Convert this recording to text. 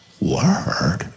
word